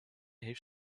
heeft